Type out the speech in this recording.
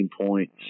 points